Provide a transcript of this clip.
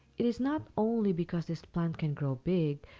it is not only because this plant can grow big,